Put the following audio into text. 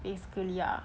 basically ah